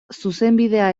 zuzenbidea